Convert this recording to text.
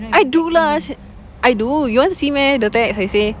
I do lah I do you want see meh the text I say